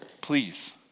please